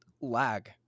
lag